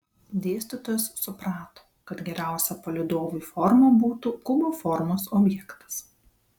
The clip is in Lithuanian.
dėstytojas suprato kad geriausia palydovui forma būtų kubo formos objektas